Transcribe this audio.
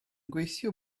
gweithio